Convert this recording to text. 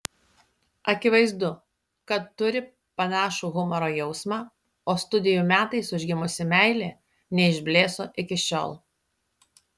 akivaizdu kad turi panašų humoro jausmą o studijų metais užgimusi meilė neišblėso iki šiol